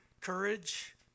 Courage